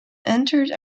entered